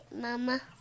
Mama